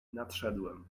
nadszedłem